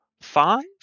five